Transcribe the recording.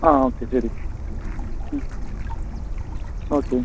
ആ ഓക്കേ ശരി ഓക്കേ